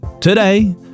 today